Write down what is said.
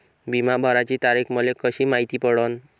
बिमा भराची तारीख मले कशी मायती पडन?